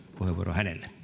puheenvuoro hänelle